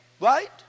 Right